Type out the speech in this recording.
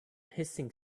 hissing